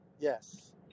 Yes